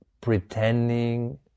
Pretending